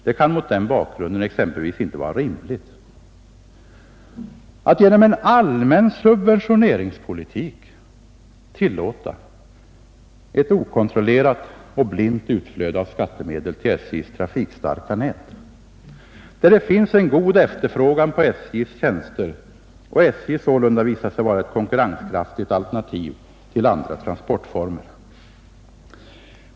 Det kan mot denna bakgrund exempelvis inte vara rimligt att genom en allmän subventioneringspolitik tillåta ett okontrollerat och blint utflöde av skattemedel till SJ:s trafikstarka nät, där det finns en god efterfrågan på SJ:s tjänster och SJ sålunda visat sig vara ett konkurrenskraftigt alternativ till andra transportformer.